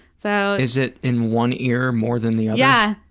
so is it in one ear more than the yeah